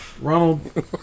Ronald